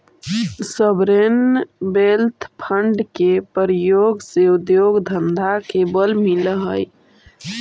sovereign wealth fund के प्रयोग से उद्योग धंधा के बल मिलऽ हई